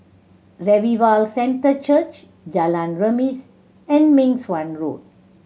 Revival Centre Church Jalan Remis and Meng Suan Road